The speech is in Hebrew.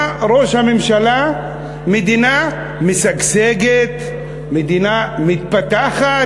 בא ראש הממשלה: מדינה משגשגת, מדינה מתפתחת,